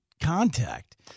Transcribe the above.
contact